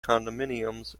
condominiums